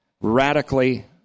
radically